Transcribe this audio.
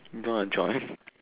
don't wanna join